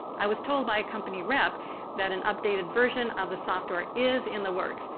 i was told by a company rep that an updated version of the software is in the works.